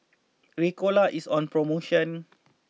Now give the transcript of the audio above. Ricola is on promotion